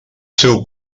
seu